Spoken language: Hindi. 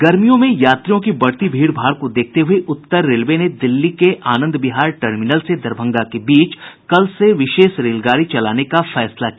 गर्मियों में यात्रियों की बढ़ती भीड़ भाड़ को देखते हुए उत्तर रेलवे नें दिल्ली के आंनद विहार टर्मिनल से दरभंगा के बीच कल से विशेष रेलगाड़ी चलाने का फैसला किया